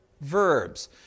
verbs